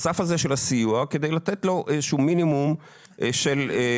הסף הזה של הסיוע בא כדי לתת לו איזשהו מינימום של הכנסה